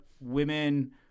women